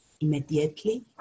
immediately